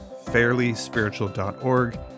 fairlyspiritual.org